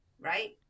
right